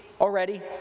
already